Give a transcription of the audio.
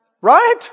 Right